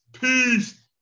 peace